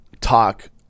talk